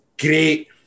great